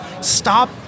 stop